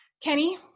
Kenny